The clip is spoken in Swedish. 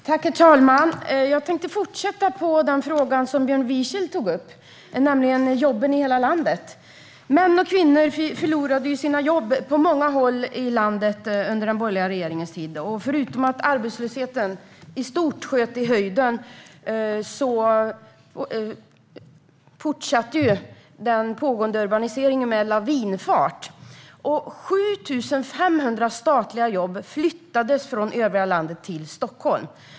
Herr talman! Jag tänkte fortsätta på den fråga som Björn Wiechel tog upp, nämligen jobben i hela landet. Män och kvinnor förlorade sina jobb på många håll i landet under den borgerliga regeringens tid. Förutom att arbetslösheten i stort sköt i höjden fortsatte den pågående urbaniseringen med lavinfart. 7 500 statliga jobb flyttades från övriga landet till Stockholm.